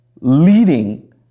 leading